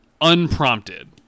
unprompted